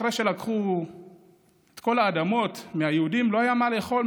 אחרי שלקחו את כל האדמות מהיהודים לא היה מה לאכול,